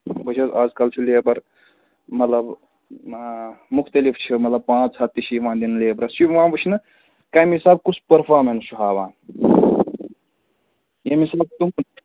وُچھ حظ اَزکَل چھُ لیبر مطلب مُختٔلِف چھِ مطلب پانٛژھ ہَتھ تہِ چھِ یِوان دِنہٕ لیبرَس یہِ چھُ یِوان وُچھنہٕ کَمہِ حِساب کُس پٔرفارمٮ۪نس چھُ ہاوان ییٚمہِ حِسابہٕ تِم